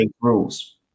rules